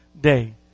day